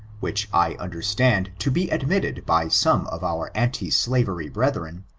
which i understand to be admitted by some of our anti-slavery brethren,